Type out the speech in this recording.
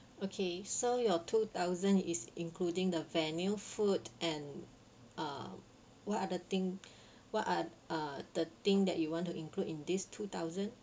okay so your two thousand is including the venue food and uh what other thing what are uh the thing that you want to include in this two thousand